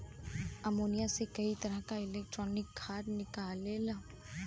ammonia से कई तरह क नाइट्रोजन खाद निकलेला